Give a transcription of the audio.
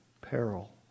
peril